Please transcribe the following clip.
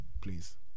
please